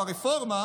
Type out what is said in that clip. ברפורמה,